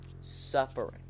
suffering